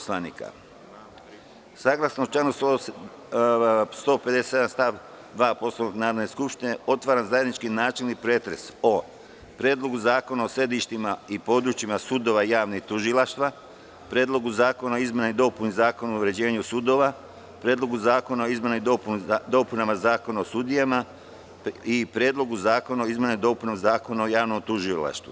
Saglasno članu 157. stav 2. Poslovnika Narodne skupštine, otvaram zajednički načelni pretres o: Predlogu zakona o sedištima i područjima sudova i javnih tužilaštava, Predlogu zakona o izmenama i dopunama Zakona o uređenju sudova, Predlogu zakona o izmenama i dopunama Zakona o sudijama i Predlogu zakona o izmenama i dopunama Zakona o javnom tužilaštvu.